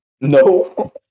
No